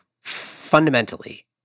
fundamentally